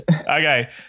Okay